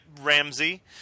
Ramsey